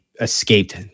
escaped